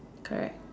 correct